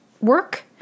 work